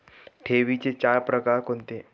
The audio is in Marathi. ठेवींचे चार प्रकार कोणते?